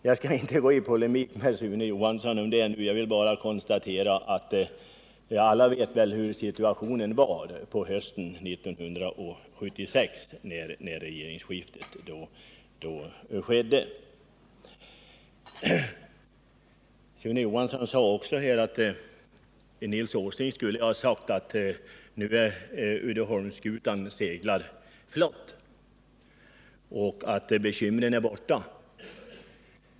Jag skall inte ingå i polemik med Sune Johansson utan vill bara konstatera att vi alla vet hur situationen var på hösten 1976 när regeringsskiftet skedde. Det är inte mycket att skryta med. Vidare sade Sune Johansson att Nils Åsling skulle ha yttrat att Uddeholmsskutan nu var seglad flott och att bekymren var borta.